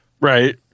Right